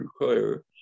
require